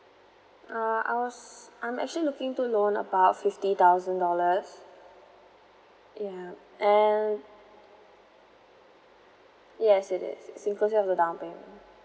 uh I was I'm actually looking to loan about fifty thousand dollars ya and yes it is it's inclusive of the down payment